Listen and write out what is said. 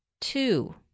two